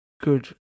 Good